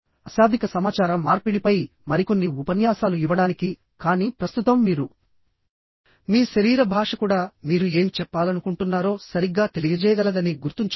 అశాబ్దిక సమాచార మార్పిడిపై మరికొన్ని ఉపన్యాసాలు ఇవ్వడానికి కానీ ప్రస్తుతం మీరు మీ శరీర భాష కూడా మీరు ఏమి చెప్పాలనుకుంటున్నారో సరిగ్గా తెలియజేయగలదని గుర్తుంచుకోండి